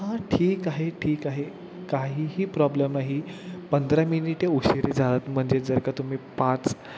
हा ठीक आहे ठीक आहे काहीही प्रॉब्लेम आहे पंधरा मिनिटे उशिरा जात म्हणजे जर का तुम्ही पाच